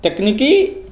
तकनीकी